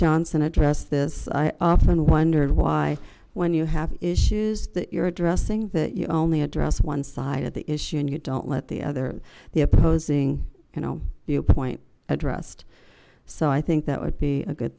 johnson addressed this i often wondered why when you have issues that you're addressing that you only address one side of the issue and you don't let the other the opposing you know viewpoint addressed so i think that would be a good